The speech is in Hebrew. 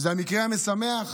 שזה המקרה המשמח.